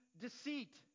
deceit